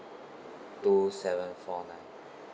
two seven four nine